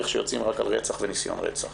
הייתה שיוצאים רק על רצח וניסיון רצח.